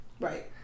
Right